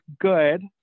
good